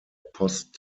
post